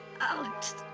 Alex